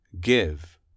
give